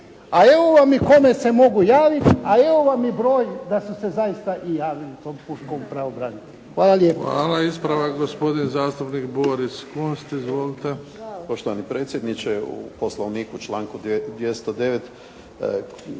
a evo vam i kome se mogu javiti, a evo vam i broj da su se zaista i javili tom pučkom pravobranitelju. Hvala lijepo. **Bebić, Luka (HDZ)** Hvala. Ispravak, gospodin zastupnik Boris Kunst. Izvolite. **Kunst, Boris (HDZ)** Poštovani predsjedniče, u Poslovniku članku 209.